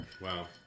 Wow